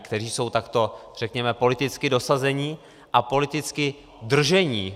Kteří jsou takto, řekněme, politicky dosazeni a politicky drženi.